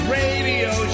radio